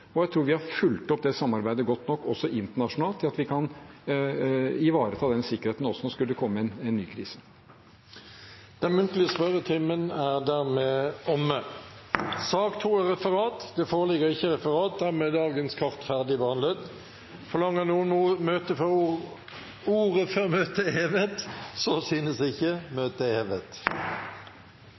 og jeg tror vi har fulgt opp det samarbeidet godt nok også internasjonalt til at vi kan ivareta den sikkerheten om det skulle komme en ny krise. Den muntlige spørretimen er dermed omme. Det foreligger ikke referat. Dermed er dagens kart ferdigbehandlet. Forlanger noen ordet før møtet er hevet? – Møtet er hevet.